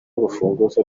urufunguzo